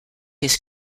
his